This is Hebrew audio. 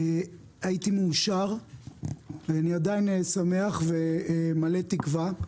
הייתי מאושר ואני עדיין שמח ומלא תקווה.